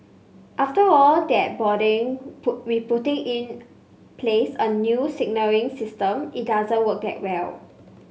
after all that boarding put with putting in place a new signalling system it doesn't work that well